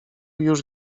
już